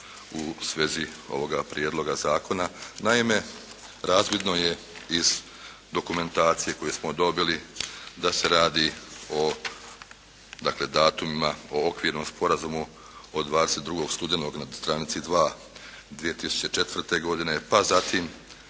u svezi ovoga Prijedloga zakona. Naime, razvidno je iz dokumentacije koju smo dobili da se radi o, dakle datumima, o okvirnom sporazumu od 22. studenog na stranici 2. 2004. godine, pa zatim,